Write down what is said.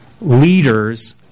leaders